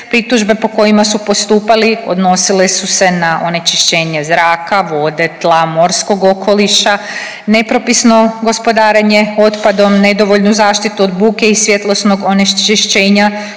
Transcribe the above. Pritužbe po kojima su postupali odnosile su se na onečišćenje zraka, vode, tla, morskog okoliša, nepropisno gospodarenje otpadom, nedovoljnu zaštitu od buke i svjetlosnog onečišćenja,